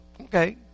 Okay